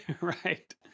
Right